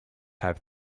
have